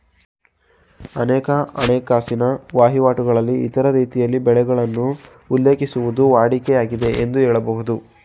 ಅನೇಕ ಹಣಕಾಸಿನ ವಹಿವಾಟುಗಳಲ್ಲಿ ಇತರ ರೀತಿಯಲ್ಲಿ ಬೆಲೆಗಳನ್ನು ಉಲ್ಲೇಖಿಸುವುದು ವಾಡಿಕೆ ಆಗಿದೆ ಎಂದು ಹೇಳಬಹುದು